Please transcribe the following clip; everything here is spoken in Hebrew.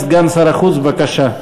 סגן שר החוץ, בבקשה.